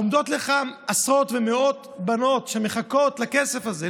עומדות עשרות ומאות בנות שמחכות לכסף הזה.